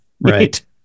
Right